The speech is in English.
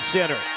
Center